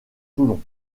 toulon